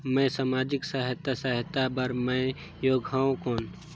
मैं समाजिक सहायता सहायता बार मैं योग हवं कौन?